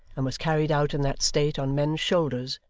and was carried out in that state on men's shoulders,